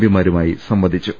പിമാരുമായി സംവദി ച്ചു